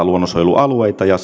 luonnonsuojelualueita ja